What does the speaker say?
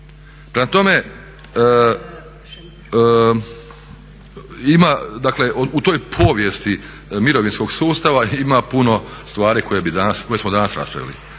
Prema tome, dakle u toj povijesti mirovinskog sustava ima puno stvari koje smo danas raspravili.